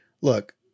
look